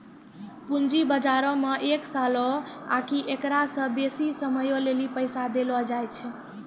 पूंजी बजारो मे एक सालो आकि एकरा से बेसी समयो लेली पैसा देलो जाय छै